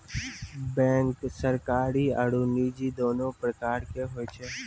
bank सरकारी आरो निजी दोनो प्रकार के होय छै